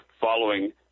following